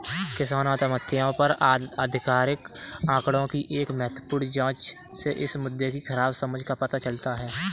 किसान आत्महत्याओं पर आधिकारिक आंकड़ों की एक महत्वपूर्ण जांच से इस मुद्दे की खराब समझ का पता चलता है